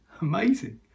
Amazing